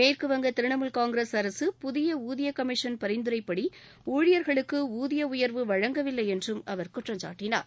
மேற்குவங்க திரிணமூல் காங்கிரஸ் அரசு புதிய ஊதியக் கமிஷன் பரிந்துரைப்படி ஊழியர்களுக்கு ஊதிய உயர்வு வழங்கவில்லை என்றும் அவர் குற்றம்சாட்டினார்